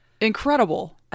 incredible